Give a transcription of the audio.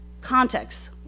Context